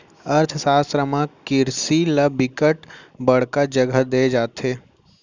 अर्थसास्त्र म किरसी ल बिकट बड़का जघा दे जाथे